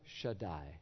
Shaddai